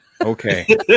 Okay